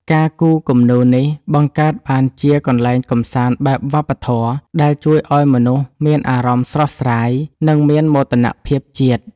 ការគូរគំនូរនេះបង្កើតបានជាកន្លែងកម្សាន្តបែបវប្បធម៌ ដែលជួយឱ្យមនុស្សមានអារម្មណ៍ស្រស់ស្រាយ និងមានមោទនភាពជាតិ។